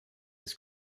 his